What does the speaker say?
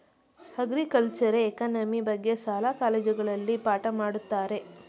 ಅಗ್ರಿಕಲ್ಚರೆ economy ಬಗ್ಗೆ ಶಾಲಾ ಕಾಲೇಜುಗಳಲ್ಲಿ ಪಾಠ ಮಾಡತ್ತರೆ